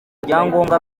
ibyangombwa